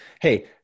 Hey